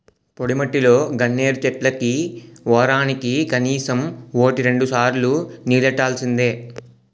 పొడిమట్టిలో గన్నేరు చెట్లకి వోరానికి కనీసం వోటి రెండుసార్లు నీల్లెట్టాల్సిందే